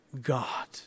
God